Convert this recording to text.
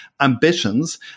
ambitions